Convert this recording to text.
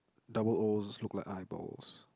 double Os look like eyeballs